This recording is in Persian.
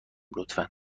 لطفا